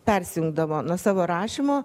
persijungdavo nuo savo rašymo